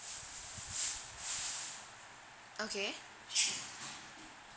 okay